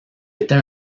était